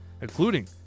including